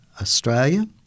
Australia